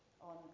on